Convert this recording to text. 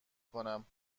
کنم